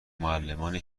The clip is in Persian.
معلمان